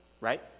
Right